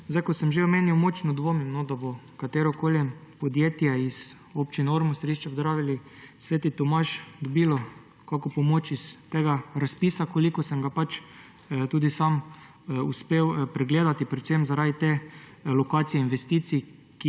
Kot sem že omenil, močno dvomim, da bo katerokoli podjetje iz občin Ormož, Središče ob Dravi ali Sveti Tomaž dobilo kakšno pomoč iz tega razpisa, kolikor sem ga tudi sam uspel pregledati, predvsem zaradi lokacije investicij,